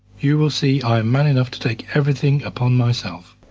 you will see i am man enough to take everything upon myself.